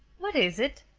what is it?